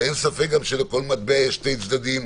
ואין ספק גם שלכל מטבע יש שני צדדים,